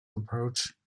approach